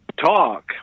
talk